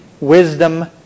wisdom